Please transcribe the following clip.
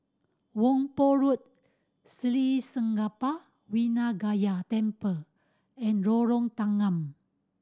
Whampoa Road Sri Senpaga Vinayagar Temple and Lorong Tanggam